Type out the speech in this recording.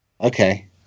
okay